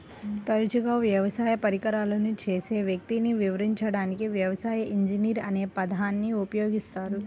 తరచుగా వ్యవసాయ పరికరాలను చేసే వ్యక్తిని వివరించడానికి వ్యవసాయ ఇంజనీర్ అనే పదాన్ని ఉపయోగిస్తారు